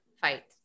fight